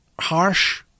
harsh